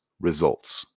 Results